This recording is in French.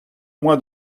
moi